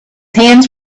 hands